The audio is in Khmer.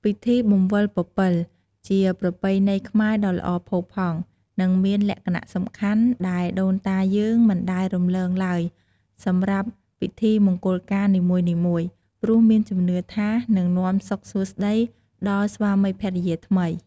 ពិធីបង្វិលពពិល ជាប្រពៃណីខ្មែរដ៏ល្អផូរផង់ និងមានលក្ខណៈសំខាន់ដែលដូនតាយើងមិនដែលរំលងឡើយសម្រាប់ ពិធីមង្គលការនីមួយៗ ព្រោះមានជំនឿថានឹងនាំសុខសួស្តី ដល់ស្វាមីភរិយាថ្មី ។